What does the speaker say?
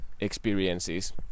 experiences